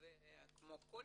וכמו כל